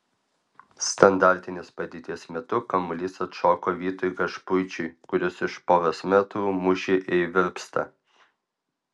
standartinės padėties metu kamuolys atšoko vytui gašpuičiui kuris iš poros metrų mušė į virpstą